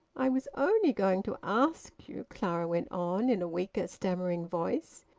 i was only going to ask you, clara went on, in a weaker, stammering voice,